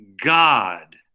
God